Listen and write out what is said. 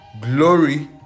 glory